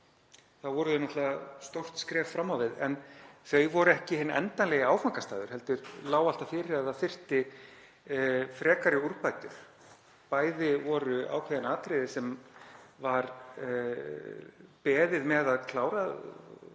árum voru þau stórt skref fram á við. Þau voru ekki hinn endanlegi áfangastaður heldur lá alltaf fyrir að það þyrfti frekari úrbætur. Þar voru ákveðin atriði sem var beðið með að klára og